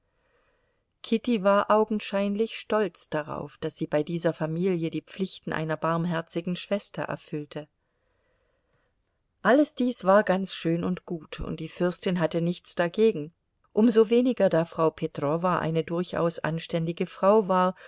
kitty war augenscheinlich stolz darauf daß sie bei dieser familie die pflichten einer barmherzigen schwester erfüllte alles dies war ganz schön und gut und die fürstin hatte nichts dagegen um so weniger da frau petrowa eine durchaus anständige frau war